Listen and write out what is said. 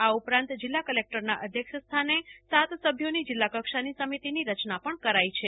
આ ઉપરાંત જિલ્લા કલેકટરના અધ્યક્ષસ્થાને સાત સભ્યોની જિલ્લા કક્ષાની સમિતિની રચના પણ કરાઈ છે